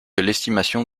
l’estimation